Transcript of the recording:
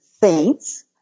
saints